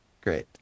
Great